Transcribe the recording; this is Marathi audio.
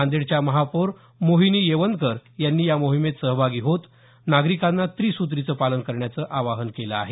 नांदेडच्या महापौर मोहिनी येवनकर यांनी या मोहिमेत सहभागी होत नागरिकांना त्रिसुत्रीचं पालन करण्याचं आवाहन केलं आहे